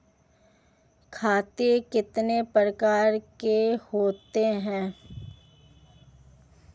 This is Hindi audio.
खाते कितने प्रकार के होते हैं?